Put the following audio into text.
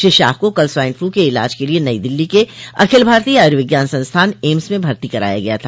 श्री शाह को कल swine flu के इलाज के लिये नई दिल्ली के अखिल भारतीय आयुर्विज्ञान संस्थान एम्स में भर्ती कराया गया था